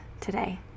today